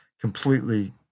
completely